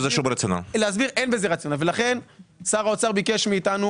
מוסדיים, ולכן שר האוצר ביקש מהממונה